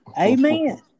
Amen